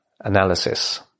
analysis